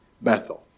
Bethel